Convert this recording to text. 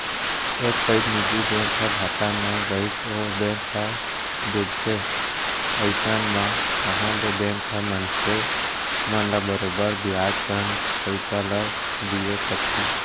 एक पइत निजी बैंक ह घाटा म गइस ओ बेंक ह डूबगे अइसन म कहॉं ले बेंक ह मनसे ल बरोबर बियाज संग पइसा ल दिये सकही